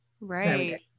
Right